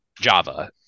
Java